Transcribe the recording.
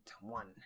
one